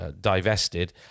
divested